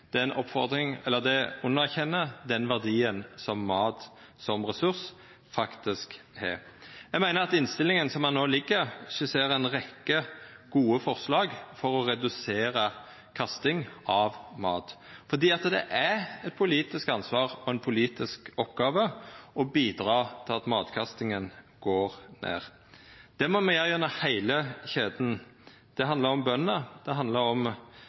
det underkjenner den verdien som mat som ressurs faktisk har. Eg meiner at innstillinga, slik ho no ligg føre, skisserer ei rekkje gode forslag for å redusera kasting av mat. Det er eit politisk ansvar og ei politisk oppgåve å bidra til at matkastinga går ned. Det må me gjera gjennom heile kjeda. Det handlar om bøndene, det handlar om